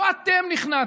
לא אתם נכנעתם,